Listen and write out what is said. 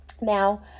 Now